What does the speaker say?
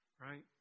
right